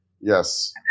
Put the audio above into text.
Yes